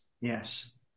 Yes